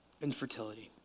Infertility